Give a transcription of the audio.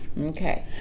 Okay